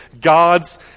god's